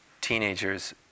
teenagers